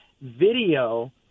video